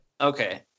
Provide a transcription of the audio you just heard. okay